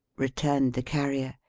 returned the carrier,